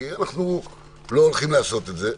כי אנחנו לא הולכים לעשות את זה.